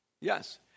Yes